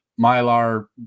mylar